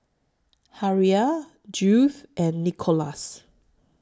Harrell Judyth and Nicolas